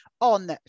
on